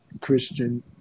Christian